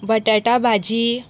बटाटा भाजी